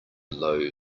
low